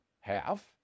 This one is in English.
half